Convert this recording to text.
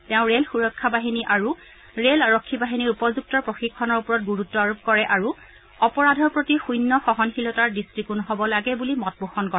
তেওঁ ৰেল সুৰক্ষা বাহিনী ৰেল আৰক্ষী বাহিনীৰ উপযুক্ত প্ৰশিক্ষণৰ ওপৰত গুৰুত্ব আৰোপ কৰে আৰু অপৰাধত প্ৰতি শুন্য সহনশলীতাৰ দৃষ্টিকোণ হব লাগে বুলি মত পোষণ কৰে